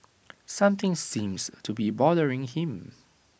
something seems to be bothering him